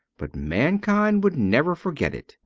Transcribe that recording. but mankind would never forget it.